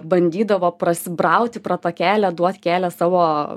bandydavo prasibrauti pro tą kelią duot kelią savo